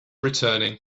returning